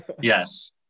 yes